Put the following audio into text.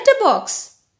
letterbox